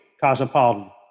Cosmopolitan